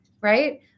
right